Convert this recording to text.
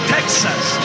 Texas